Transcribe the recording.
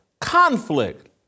conflict